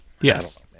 Yes